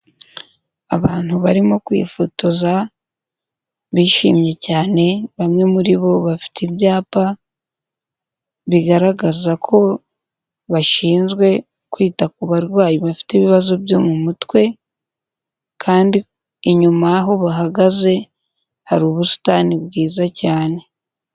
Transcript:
Abantu barimo kwifotoza bishimye cyane, bamwe muri bo bafite ibyapa bigaragaza ko bashinzwe kwita ku barwayi bafite ibibazo byo mu mutwe, kandi inyuma aho bahagaze hari ubusitani bwiza cyane.